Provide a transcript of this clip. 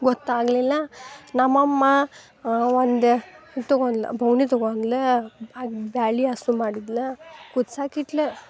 ಗೊತ್ತಾಗ್ಲಿಲ್ಲ ನಮ್ಮಮ್ಮ ಒಂದು ಇದು ತಗೊಂದ್ಲು ಬೋಗ್ಣಿ ತಗೊಂದ್ಲು ಆ ಬ್ಯಾಳಿ ಹಸು ಮಾಡಿದ್ಲು ಕುದ್ಸಾಕಿಟ್ಲು